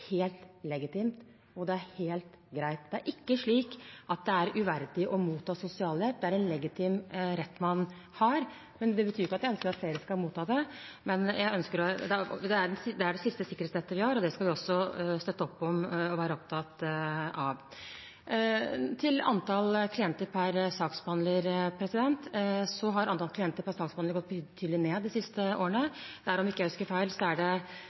ikke uverdig å motta sosialhjelp. Det er en legitim rett man har. Det betyr ikke at jeg ønsker at flere skal motta det. Det er det siste sikkerhetsnettet vi har, og det skal vi også støtte opp om og være opptatt av. Til antall klienter per saksbehandler: Antall klienter per saksbehandler har gått betydelig ned de siste årene. Om jeg ikke husker feil, er det